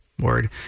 word